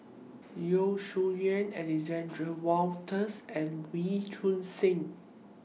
Yeo Shih Yun Alexander Wolters and Wee Choon Seng